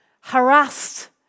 harassed